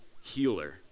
healer